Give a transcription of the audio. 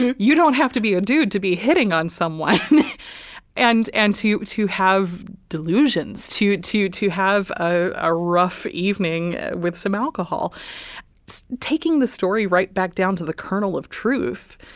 you you don't have to be a dude to be hitting on some wine and and to to have delusions to to to have ah a rough evening with some alcohol taking the story right back down to the kernel of truth.